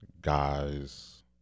guys